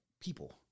people